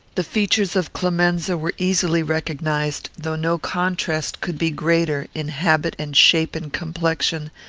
the features of clemenza were easily recognised, though no contrast could be greater, in habit and shape and complexion,